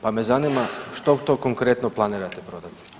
Pa me zanima što to konkretno planirate prodati.